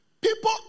people